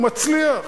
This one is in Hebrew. הוא מצליח,